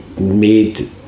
made